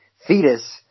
fetus